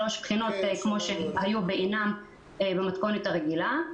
שלוש בחינות כמו שהיו בעינן במתכונת הרגילה.